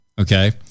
Okay